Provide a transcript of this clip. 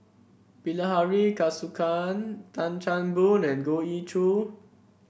Bilahari Kausikan Tan Chan Boon and Goh Ee Choo